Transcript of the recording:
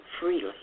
freely